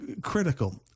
critical